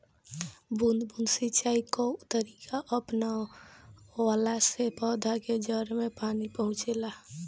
बूंद बूंद सिंचाई कअ तरीका अपनवला से पौधन के जड़ में पानी पहुंचेला